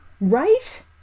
Right